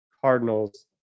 cardinals